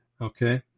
Okay